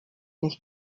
nicht